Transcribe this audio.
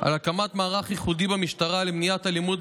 על הקמת מערך ייחודי במשטרה למניעת אלימות